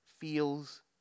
feels